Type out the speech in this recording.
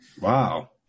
Wow